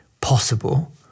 possible